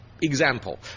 example